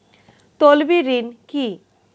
তলবি ঋণ কি?